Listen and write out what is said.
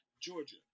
Georgia